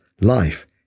life